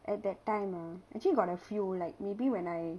at that time ah actually got a few like maybe when I